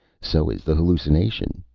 so is the hallucination,